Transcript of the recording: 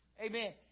Amen